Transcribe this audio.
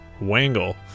Wangle